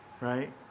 right